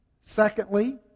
Secondly